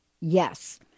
Yes